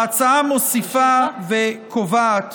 ההצעה מוסיפה וקובעת